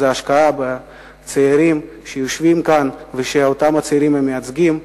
השקעה בצעירים שיושבים כאן ובאותם צעירים שהם מייצגים.